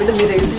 meeting